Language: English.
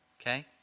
Okay